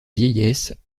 vieillesse